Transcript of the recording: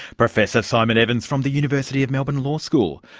professor simon evans from the university of melbourne law school.